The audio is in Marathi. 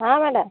हा मॅडम